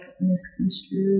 misconstrued